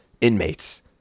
inmates